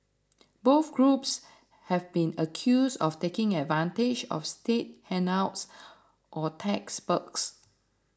both groups have been accused of taking advantage of state handouts or tax perks